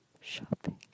shopping